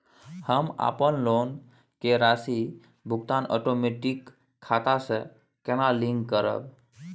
हम अपन लोन के राशि भुगतान ओटोमेटिक खाता से केना लिंक करब?